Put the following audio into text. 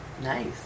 Nice